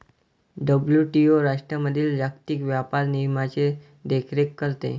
WTO राष्ट्रांमधील जागतिक व्यापार नियमांची देखरेख करते